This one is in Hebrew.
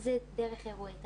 זה דרך אירועי תרבות.